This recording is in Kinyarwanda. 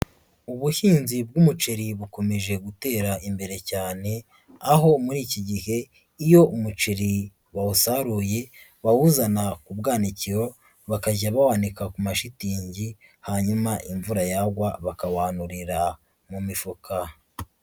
Ubuhinzi bw'umuceri bukomeje gutera imbere cyane, aho muri iki gihe iyo umuceri bawusaruye bawuzana ku bwanikiro, bakajya bawanika ku mashitingi, hanyuma imvura yagwa bakawanurira mu mifuka.